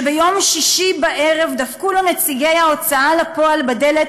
שביום שישי בערב דפקו לו נציגי ההוצאה לפועל בדלת